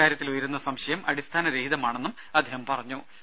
ഇക്കാര്യത്തിൽ ഉയരുന്ന സംശയം അടിസ്ഥാന രഹിതമാണെന്ന് അദ്ദേഹം പറഞ്ഞു